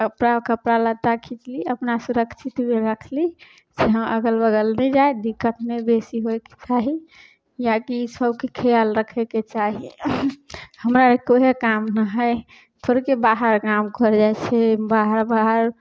कपड़ा कपड़ालत्ता खिचली अपना सुरक्षित भी रखली से हँ अगल बगल नहि जाइ दिक्कत नहि बेसी होइके चाही किएकि ईसबके खिआल रखैके चाही हमरा आरके वएह काम ने हइ थोड़के बाहर काम करै जाइ छिए बाहर बाहर